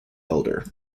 elder